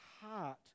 heart